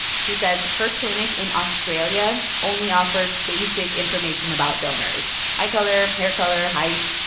she says her clinic in australia only offered basic information about donors eye color, hair color, height,